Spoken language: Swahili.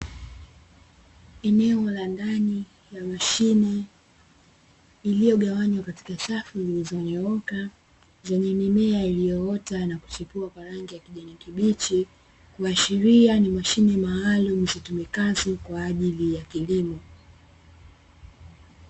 Eneo la ndani la mashine iliyogawanywa katika safu zilizonyooka zenye mimea iliyoota na kuchepua kwa rangi ya kijani kibichi kuashiria ni mashine maalumu zitumikazo kwa ajili ya kilimo.